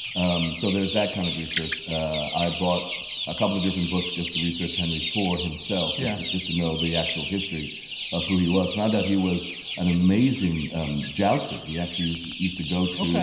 um so there's that kind of research. i bought a couple of different books just to research henry iv himself yeah. just to know the actual history of who he was found out he was an amazing um jouster. he actually used used to go to. ok.